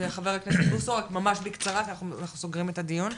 ח"כ בוסו ממש בקצרה כי אנחנו סוגרים את הדיון.